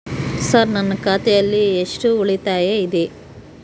Sir ನನ್ನ ಖಾತೆಯಲ್ಲಿ ಎಷ್ಟು ಉಳಿತಾಯ ಇದೆ?